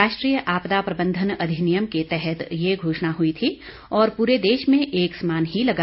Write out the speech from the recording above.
राष्ट्रीय आपदा प्रबंधन अधिनियम के तहत यह घोषणा हुई थी और पूरे देश में एक समान ही लगा